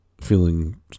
feeling